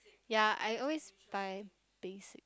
ya I always find base